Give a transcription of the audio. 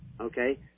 Okay